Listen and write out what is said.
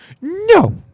no